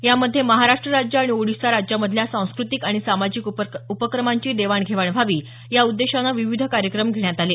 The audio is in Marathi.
यामध्ये महाराष्ट राज्य आणि ओडिशा राज्यामधल्या सांस्कृतिक आणि सामाजिक उपक्रमांची देवाणघेवाण व्हावी या उद्देशानं विविध कार्यक्रम घेण्यात आले